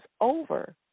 over